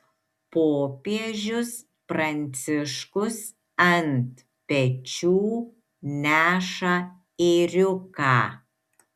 popiežius pranciškus ant pečių neša ėriuką